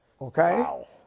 Okay